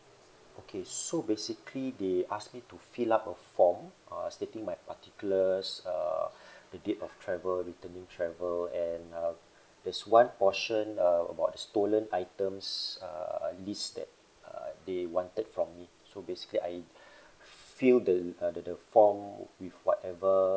okay so basically they asked me to fill up a form uh stating my particulars uh the date of travel returning travel and uh there's one portion uh about the stolen items uh list that uh they wanted from me so basically I fill the uh the the form with whatever